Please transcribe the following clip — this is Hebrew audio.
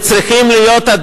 ועדיין צריכים להיות,